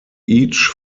each